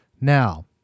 Now